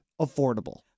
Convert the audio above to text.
affordable